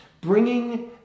bringing